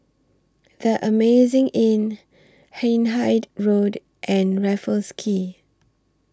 The Amazing Inn Hindhede Road and Raffles Quay